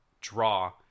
draw